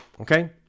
Okay